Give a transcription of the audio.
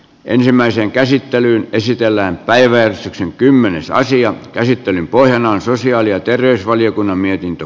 ensimmäiseen käsittelyyn esitellään päiväys on kymmenessä asian käsittelyn pohjana on sosiaali ja terveysvaliokunnan mietintö